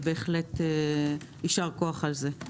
בהחלט יישר כוח על זה.